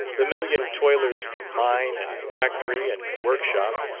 the million toilers from mine, and factory and workshop,